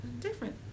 different